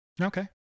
Okay